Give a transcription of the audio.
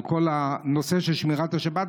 על כל הנושא של שמירת השבת,